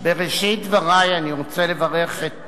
בראשית דברים אני רוצה לברך את